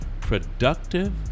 productive